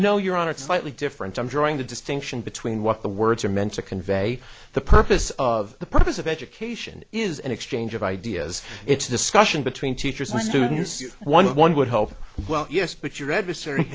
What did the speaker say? no you're on it's slightly different i'm drawing the distinction between what the words are meant to convey the purpose of the purpose of education is an exchange of ideas it's a discussion between teachers and students one one would hope well yes but your adversary